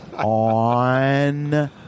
On